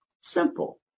Simple